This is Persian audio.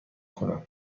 کنم